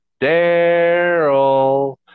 Daryl